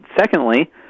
Secondly